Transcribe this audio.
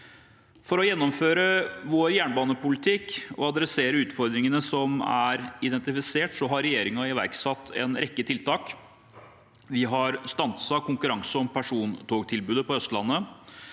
For å gjennomføre vår jernbanepolitikk og ta for oss utfordringene som er identifisert, har regjeringen iverksatt en rekke tiltak: – Vi har stanset konkurransen om persontogtilbudet på Østlandet.